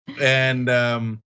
And-